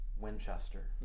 Winchester